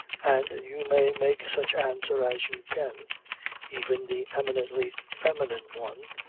and you may make such answer as you can even the eminently feminine one,